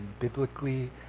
biblically